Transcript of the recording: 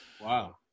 Wow